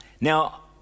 Now